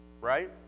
right